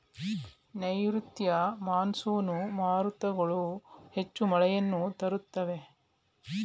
ನೈರುತ್ಯ ಮಾನ್ಸೂನ್ ಮಾರುತಗಳು ಹೆಚ್ಚು ಮಳೆಯನ್ನು ತರುತ್ತವೆ